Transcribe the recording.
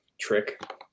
trick